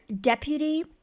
deputy